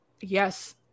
Yes